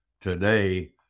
Today